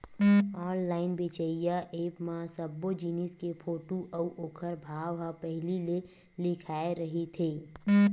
online बेचइया app म सब्बो जिनिस के फोटू अउ ओखर भाव ह पहिली ले लिखाए रहिथे